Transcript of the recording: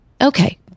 Okay